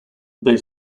they